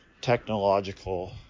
technological